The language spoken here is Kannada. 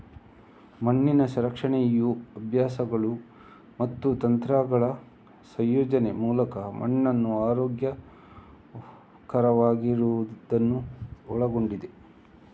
ಮಣ್ಣಿನ ಸಂರಕ್ಷಣೆಯು ಅಭ್ಯಾಸಗಳು ಮತ್ತು ತಂತ್ರಗಳ ಸಂಯೋಜನೆಯ ಮೂಲಕ ಮಣ್ಣನ್ನು ಆರೋಗ್ಯಕರವಾಗಿಡುವುದನ್ನು ಒಳಗೊಂಡಿದೆ